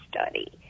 Study